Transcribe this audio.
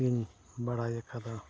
ᱤᱧ ᱵᱟᱲᱟᱭ ᱠᱟᱫᱟ